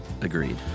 Agreed